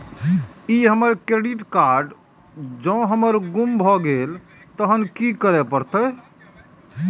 ई हमर credit card जौं हमर गुम भ गेल तहन की करे परतै?